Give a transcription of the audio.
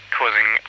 causing